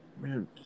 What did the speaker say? man